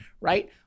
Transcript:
right